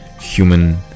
human